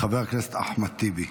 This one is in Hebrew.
חבר הכנסת אחמד טיבי.